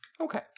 Okay